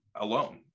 alone